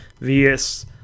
VS